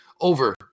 over